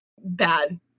Bad